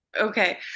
Okay